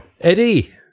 Eddie